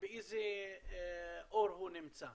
באיזה אור הוא נמצא.